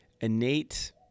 innate